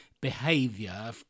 behavior